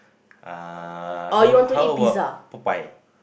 ah how how about Popeye